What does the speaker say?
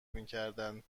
میکردند